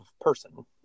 person